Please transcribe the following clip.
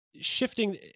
shifting